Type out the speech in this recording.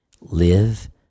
live